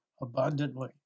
abundantly